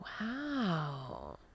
Wow